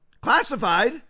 classified